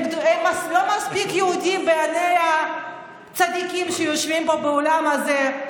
הם לא מספיק יהודים בעיני הצדיקים שיושבים פה באולם הזה,